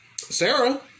Sarah